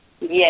Yes